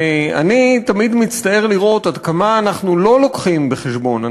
ואני תמיד מצטער לראות עד כמה אנחנו לא לוקחים בחשבון,